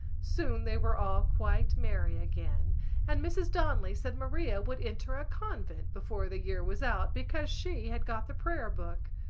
soon they were all quite merry again and mrs. donnelly said maria would enter a convent before the year was out because she had got the prayer-book.